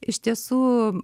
iš tiesų